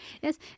Yes